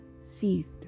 seethed